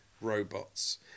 robots